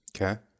Okay